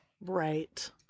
right